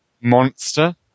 Monster